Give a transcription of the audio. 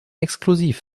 exklusiv